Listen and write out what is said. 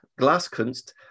Glaskunst